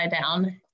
down